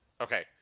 Okay